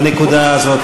בנקודה הזאת,